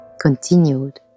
continued